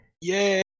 yay